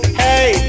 hey